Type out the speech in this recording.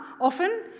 often